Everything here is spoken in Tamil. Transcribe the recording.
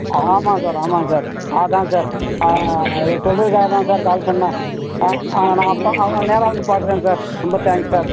ஆமாம் சார் ஆமாங்க சார் அதுதான் சார் இத சொல்கிறதுக்காக தான் சார் கால் பண்ணிணேன் ஆ ஆ நான் பா நேராக வந்து பார்க்கறேன் சார் ரொம்ப தேங்க்ஸ் சார்